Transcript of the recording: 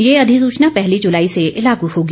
यह अधिसूचना पहली जुलाई से लागू होगी